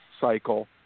cycle